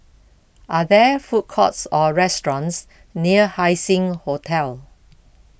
are there food courts or restaurants near Haising Hotel